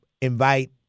invite